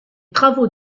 travaux